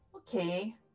Okay